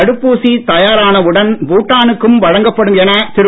தடுப்பு ஊசி தயாரான உடன் பூட்டா னுக்கும் வழங்கப்படும் என திரு